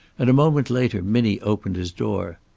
and a moment later minnie opened his door.